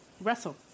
wrestle